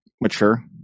mature